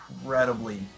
incredibly